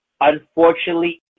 unfortunately